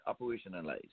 operationalized